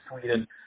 Sweden